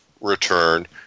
return